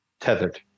Tethered